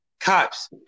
Cops